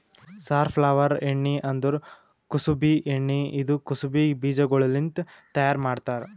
safflower ಎಣ್ಣಿ ಅಂದುರ್ ಕುಸುಬಿ ಎಣ್ಣಿ ಇದು ಕುಸುಬಿ ಬೀಜಗೊಳ್ಲಿಂತ್ ತೈಯಾರ್ ಮಾಡ್ತಾರ್